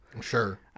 Sure